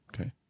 Okay